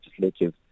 legislative